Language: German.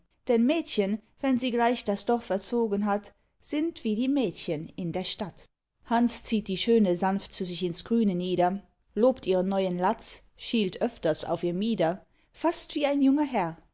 denn mädchen wenn sie gleich das dorf erzogen hat sind wie die mädchen in der stadt hanns zieht die schöne sanft zu sich ins grüne nieder lobt ihren neuen latz schielt öfters auf ihr mieder fast wie ein junger herr